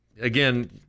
again